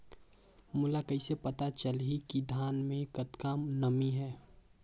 मोला कइसे पता चलही की धान मे कतका नमी हे?